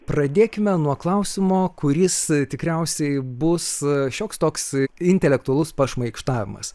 pradėkime nuo klausimo kuris tikriausiai bus šioks toks intelektualus pašmaikštavimas